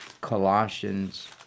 Colossians